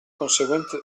conseguente